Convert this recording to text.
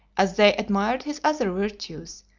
as they admired his other virtues,